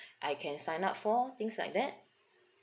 I can sign up for things like that